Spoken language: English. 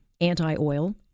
anti-oil